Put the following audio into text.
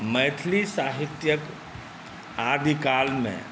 मैथिली साहित्यक आदिकालमे